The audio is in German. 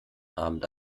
abend